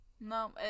no